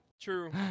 True